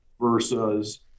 versus